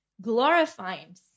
glorifying